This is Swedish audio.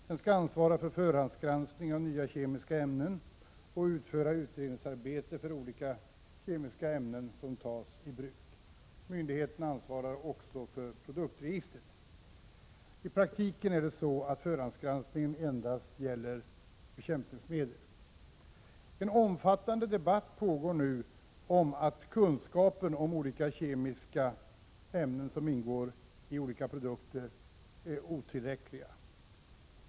Den skall ansvara för förhandsgranskning av nya kemiska ämnen och utföra utredningsarbete när det gäller olika kemiska ämnen som tas i bruk. Myndigheten ansvarar också för produktregistret. I praktiken gäller förhandsgranskningen endast bekämpningsmedel. En omfattande debatt pågår nu om uppfattningen att kunskapen om de kemiska ämnen som ingår i olika produkter är otillräcklig.